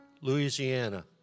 Louisiana